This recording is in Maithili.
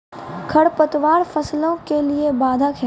खडपतवार फसलों के लिए बाधक हैं?